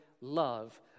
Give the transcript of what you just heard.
love